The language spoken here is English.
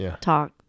talk